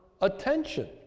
attention